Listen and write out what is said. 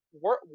work